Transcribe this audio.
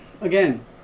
again